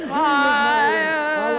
fire